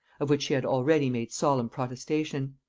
of which she had already made solemn protestation.